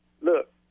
Look